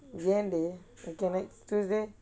ஏன்டி:yaendi okay next tuesday